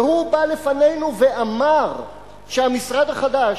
והוא בא לפנינו ואמר שהמשרד החדש,